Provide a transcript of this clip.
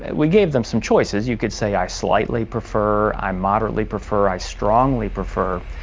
we gave them some choices. you could say i slightly prefer, i moderately prefer, i strongly prefer.